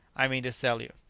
i mean to sell you.